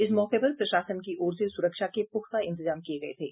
इस मौके पर प्रशासन की ओर से सुरक्षा के पुख्ता इंतजाम किये गये थे